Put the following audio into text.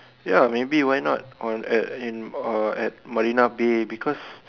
ya maybe why not or at in or at Marina-Bay because